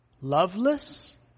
Loveless